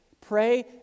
Pray